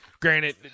Granted